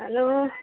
hello